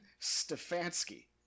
Stefanski